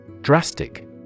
Drastic